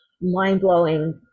mind-blowing